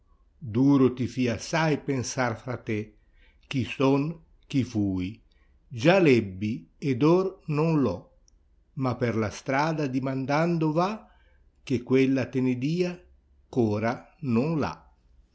duro ti fia assai pensar fra te chi son chi fui già l'ebbi ed or non l'ho ma per la strada dimandando va che quella te ne dia eh ora non